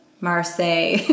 Marseille